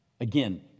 Again